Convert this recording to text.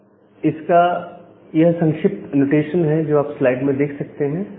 यह इसका संक्षिप्त नोटेशन है जो आप स्लाइड में देख सकते हैं